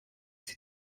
sie